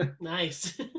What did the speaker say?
nice